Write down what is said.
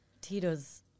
Tito's